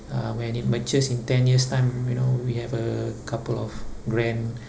uh when it matures in ten years time you know we have a couple of grand